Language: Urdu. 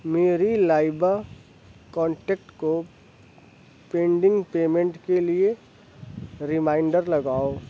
میری لائبہ کانٹیکٹ کو پینڈنگ پیمنٹ کے لیے ریمائنڈر لگاؤ